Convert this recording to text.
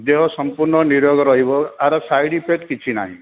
ଦେହ ସମ୍ପୂର୍ଣ ନିରୋଗ ରହିବ ଏହାର ସାଇଡ୍ ଇଫେକ୍ଟ୍ କିଛି ନାହିଁ